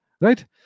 Right